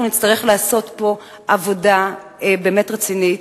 אנחנו נצטרך לעשות פה עבודה באמת רצינית,